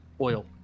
oil